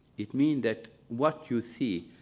it mean that what you see,